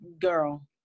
girl